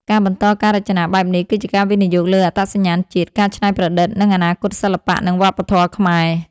ការបន្តការរចនាបែបនេះ គឺជាការវិនិយោគលើអត្តសញ្ញាណជាតិ ការច្នៃប្រឌិត និងអនាគតសិល្បៈ និងវប្បធម៌ខ្មែរ។